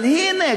אבל הנה,